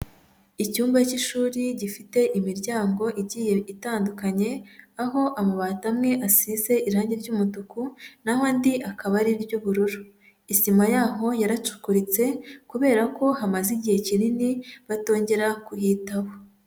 Icyumba cy'ishuri gifite imiryango igiye itandukanye, aho amabati amwe asize irangi ry'umutuku na ho andi akaba ari iry'ubururu. Isima yaho yaracukuritse kubera ko hamaze igihe kinini batongera kuhitaho.